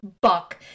buck